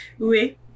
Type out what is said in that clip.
Oui